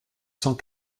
cent